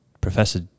Professor